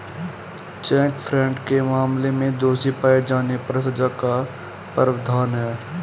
check fraud के मामले में दोषी पाए जाने पर सजा का प्रावधान है